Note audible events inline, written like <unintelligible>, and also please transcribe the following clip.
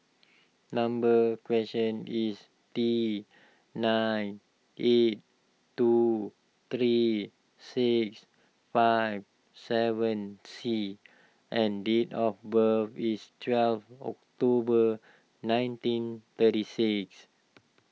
number <unintelligible> is T nine eight two three six five seven C and date of birth is twelve October nineteen thirty six